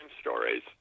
stories